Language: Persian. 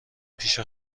پیش